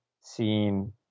seen